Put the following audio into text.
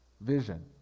vision